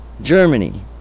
Germany